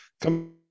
come